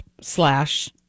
slash